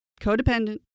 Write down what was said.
codependent